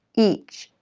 each,